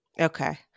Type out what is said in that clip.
Okay